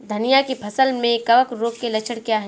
धनिया की फसल में कवक रोग के लक्षण क्या है?